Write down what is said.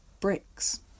bricks